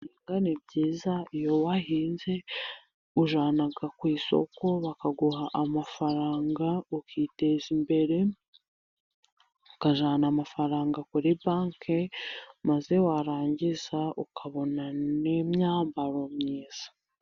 Guhinga ni byiza, iyo wahinze ujyana ku isoko, bakaguha amafaranga ukiteza imbere, ukajyana amafaranga kuri banki, maze warangiza ukabona n'imyambaro myiza.